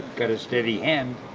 got a steady and